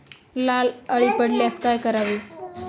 लाल अळी पडल्यास काय करावे?